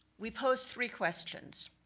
we pose three questions.